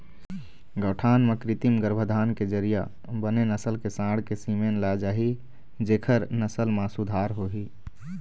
गौठान म कृत्रिम गरभाधान के जरिया बने नसल के सांड़ के सीमेन लाय जाही जेखर नसल म सुधार होही